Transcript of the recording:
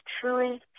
truly